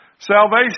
Salvation